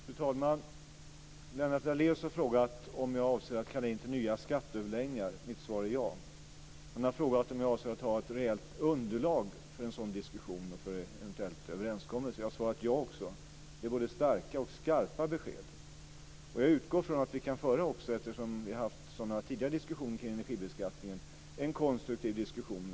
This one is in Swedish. Fru talman! Lennart Daléus har frågat om jag avser att kalla in till nya skatteöverläggningar. Mitt svar är ja. Han har frågat om jag avser att ha ett reellt underlag för en sådan diskussion och en eventuell överenskommelse. Jag har svarat ja på det också. Det är både starka och skarpa besked. Eftersom vi har haft sådana diskussioner om energibeskattningen tidigare utgår jag från att vi kan föra en konstruktiv diskussion.